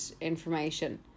information